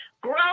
grow